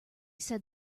said